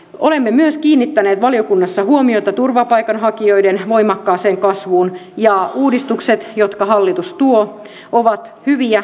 olemme myös kiinnittäneet valiokunnassa huomiota turvapaikanhakijoiden voimakkaaseen kasvuun ja uudistukset jotka hallitus tuo ovat hyviä